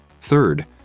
Third